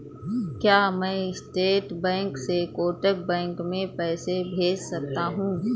क्या मैं state bank से कोटक बैंक में पैसे भेज सकता हूँ?